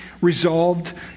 resolved